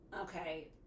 okay